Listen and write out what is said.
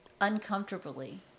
uncomfortably